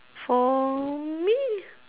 for me